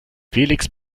felix